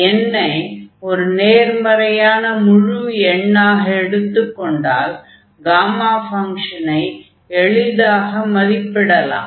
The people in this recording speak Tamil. n ஐ ஒரு நேர்மறையான முழு எண்ணாக எடுத்துக் கொண்டால் காமா ஃபங்ஷனை எளிதாக மதிப்பிடலாம்